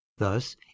Thus